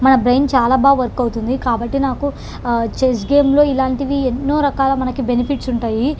మన బ్రైన్ చాలా బా వర్క్ అవుతుంది కాబట్టి నాకు చెస్ గేమ్లో ఇలాంటివి ఎన్నో రకాల మనకి బెనిఫిట్స్ ఉంటాయి